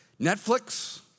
Netflix